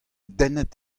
dennet